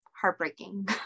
heartbreaking